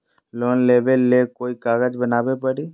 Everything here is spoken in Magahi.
लोन लेबे ले कोई कागज बनाने परी?